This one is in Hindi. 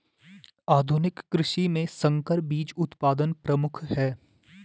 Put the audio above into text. आधुनिक कृषि में संकर बीज उत्पादन प्रमुख है